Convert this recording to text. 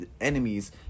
enemies